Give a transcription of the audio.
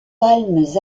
palmes